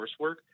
coursework